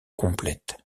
complète